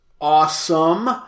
awesome